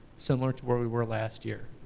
similar to where we were last year.